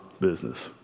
business